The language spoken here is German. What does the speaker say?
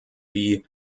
wie